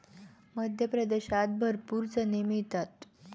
मध्य प्रदेशात भरपूर चणे मिळतात